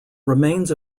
remains